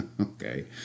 okay